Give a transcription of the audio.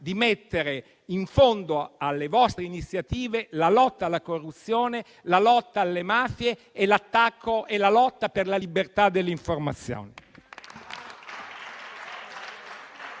di mettere in fondo alle vostre iniziative la lotta alla corruzione, la lotta alle mafie e l'attacco e la lotta per la libertà dell'informazione.